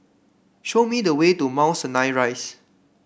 show me the way to Mount Sinai Rise